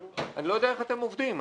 אני לא יודע איך אתם עובדים.